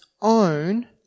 own